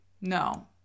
No